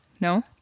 No